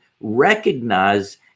recognize